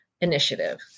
initiative